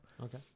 Okay